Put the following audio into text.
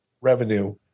revenue